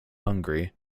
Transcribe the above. hungary